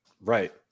right